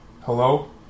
Hello